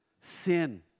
sin